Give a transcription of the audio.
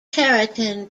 keratin